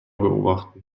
beobachten